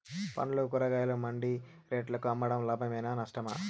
పండ్లు కూరగాయలు మండి రేట్లకు అమ్మడం లాభమేనా నష్టమా?